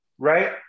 Right